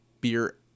beer